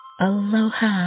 Aloha